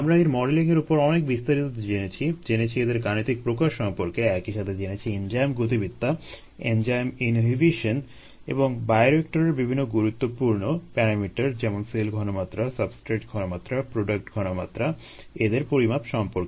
আমরা এর মডেলিং এর উপর অনেক বিস্তারিত জেনেছি জেনেছি এদের গাণিতিক প্রকাশ সম্পর্কে একই সাথে জেনেছি এনজাইম গতিবিদ্যা এনজাইম ইনহিবিশন এবং বায়োরিয়েক্টরের বিভিন্ন গুরুত্বপূর্ণ প্যারামিটার যেমন সেল ঘনমাত্রা সাবস্ট্রেট ঘনমাত্রা প্রোডাক্ট ঘনমাত্রা - এদের পরিমাপ সম্পর্কে